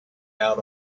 out